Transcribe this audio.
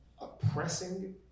oppressing